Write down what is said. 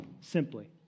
simply